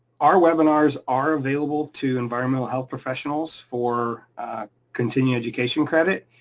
our webinars are available to environmental health professionals for continuing education credit,